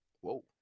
Whoa